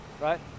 Right